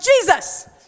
Jesus